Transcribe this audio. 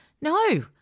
No